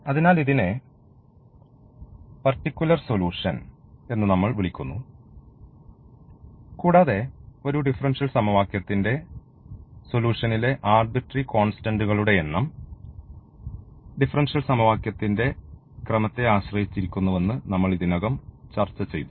അതിനാൽ ഇതിനെ particular solution എന്ന് നമ്മൾ വിളിക്കുന്നു കൂടാതെ ഒരു ഡിഫറൻഷ്യൽ സമവാക്യത്തിന്റെ സൊലൂഷൻലെ ആർബിട്രറി കോൺസ്റ്റന്റുകളുടെ എണ്ണം ഡിഫറൻഷ്യൽ സമവാക്യത്തിന്റെ ക്രമത്തെ ആശ്രയിച്ചിരിക്കുന്നുവെന്ന് നമ്മൾ ഇതിനകം ചർച്ചചെയ്തു